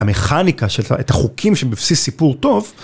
המכניקה, את החוקים שבבסיס סיפור טוב.